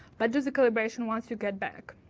but do the calibration once you get back,